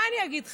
מה אני אגיד לך?